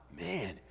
Man